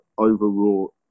overwrought